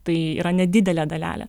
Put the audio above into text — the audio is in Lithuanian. tai yra nedidelė dalelė